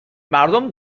مردم